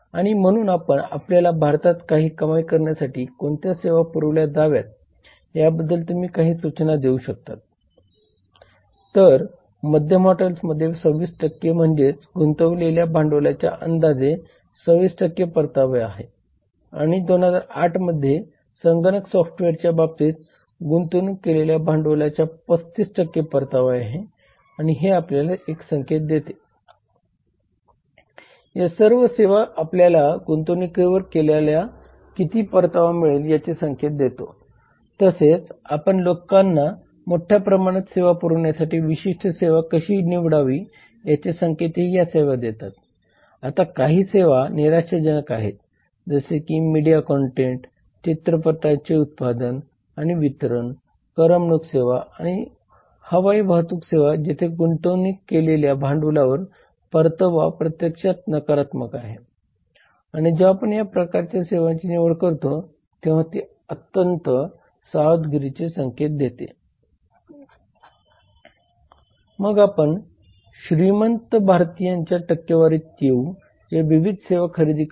माहिती मिळणे म्हणजे अन्यायकारक व्यापार पद्धतींपासून ग्राहकांना संरक्षण देणे आणि गुणवत्ता प्रमाण शुद्धता मानक आणि किंमतीबद्दल माहिती देण्याचा अधिकार असणे तसेच निवड म्हणजे स्पर्धात्मक किंमतींवर विविध उत्पादने आणि सेवा निवडण्याचा अधिकार असणे हे आहेत